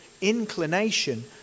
inclination